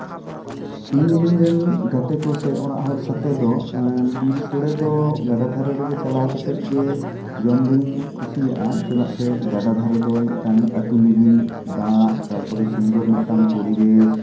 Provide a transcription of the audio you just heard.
ᱤᱧ ᱤᱧᱨᱮᱱ ᱜᱟᱛᱮ ᱠᱚ ᱥᱮ ᱚᱲᱟᱜ ᱦᱚᱲ ᱥᱟᱛᱮ ᱫᱚ ᱵᱤᱨ ᱥᱳᱲᱮ ᱫᱚ ᱜᱟᱰᱟ ᱫᱷᱟᱨᱮ ᱨᱮᱜᱮ ᱪᱟᱞᱟᱣ ᱠᱟᱛᱮᱜ ᱜᱮ ᱡᱚᱢ ᱫᱩᱧ ᱠᱩᱥᱤᱭᱟᱜᱼᱟ ᱪᱮᱫᱟᱜ ᱥᱮ ᱜᱟᱰᱟ ᱫᱷᱟᱨᱮ ᱫᱚ ᱢᱤᱫᱴᱟᱝ ᱟᱹᱛᱩ ᱞᱤᱜᱤᱱ ᱫᱟᱜ ᱛᱟᱨᱯᱚᱨᱮ ᱥᱩᱱᱫᱚᱨ ᱢᱤᱫᱴᱮᱱ ᱯᱚᱨᱤᱵᱮᱥ